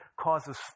causes